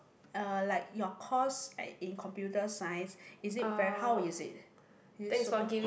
uh like your course like in computer sciences is it very how is it it's super